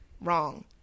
wrong